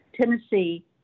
Tennessee